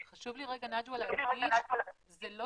חשוב לי להדגיש - זה לא